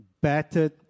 battered